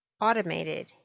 automated